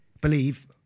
believe